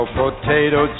potato